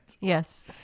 Yes